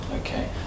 Okay